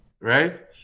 Right